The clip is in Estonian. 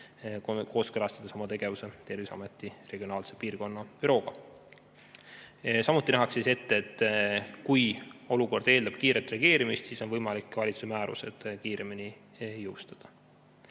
kooskõlastades oma tegevuse Terviseameti regionaalse bürooga. Samuti nähakse ette, et kui olukord eeldab kiiret reageerimist, siis on võimalik valitsuse määrused kiiremini jõustada. Nagu